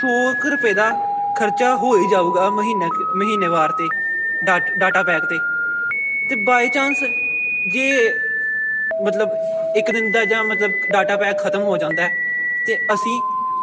ਸੌ ਕੁ ਰੁਪਏ ਦਾ ਖਰਚਾ ਹੋ ਹੀ ਜਾਊਗਾ ਮਹੀਨਾ ਕੁ ਮਹੀਨੇ ਵਾਸਤੇ ਡਾਟ ਡਾਟਾ ਪੈਕ 'ਤੇ ਅਤੇ ਬਾਈ ਚਾਂਸ ਜੇ ਮਤਲਬ ਇੱਕ ਦਿਨ ਦਾ ਜਾਂ ਮਤਲਬ ਡਾਟਾ ਪੈਕ ਖਤਮ ਹੋ ਜਾਂਦਾ ਤਾਂ ਅਸੀਂ